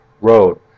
road